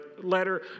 letter